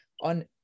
on